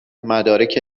مدارک